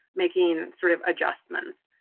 making sort of adjustments.